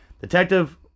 Detective